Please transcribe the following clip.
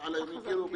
בהתחלה הם הכירו בי,